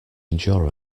endure